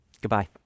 Goodbye